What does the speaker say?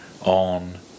on